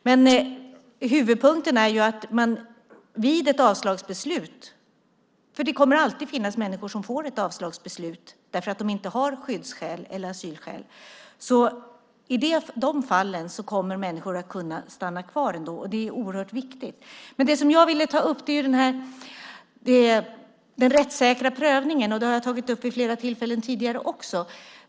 Men huvudpunkten är att man vid ett avslagsbeslut - för det kommer alltid att finnas människor som får avslagsbeslut, därför att de inte har skyddsskäl eller asylskäl - kommer att kunna stanna kvar ändå. Det är oerhört viktigt. Det som jag vill ta upp är den rättssäkra prövningen. Detta har jag tagit upp vid flera tillfällen tidigare också.